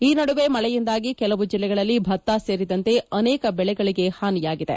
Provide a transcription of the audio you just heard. ಈ ನಡುವೆ ಮಳೆಯಿಂದಾಗಿ ಕೆಲವು ಜಿಲ್ಲೆಗಳಲ್ಲಿ ಭತ್ತ ಸೇರಿದಂತೆ ಅನೇಕ ಬೆಳೆಗಳಿಗೆ ಹಾನಿಯಾಗಿದೆ